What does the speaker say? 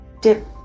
dip